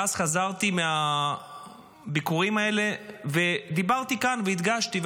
ואז חזרתי מהביקורים האלה ודיברתי כאן והדגשתי,